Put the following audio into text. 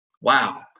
Wow